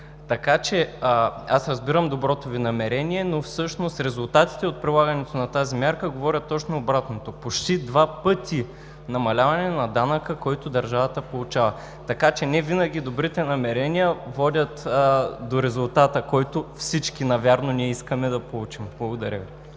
Така че аз разбирам доброто Ви намерение, но всъщност резултатите от прилагането на тази мярка говорят точно обратното – почти два пъти намаляване на данъка, който държавата получава, така че не винаги добрите намерения водят до резултата, който всички ние навярно искаме да получим. Благодаря Ви.